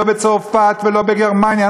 לא בצרפת ולא בגרמניה.